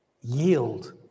Yield